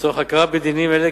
לצורך הכרה בדינים אלה